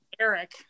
Eric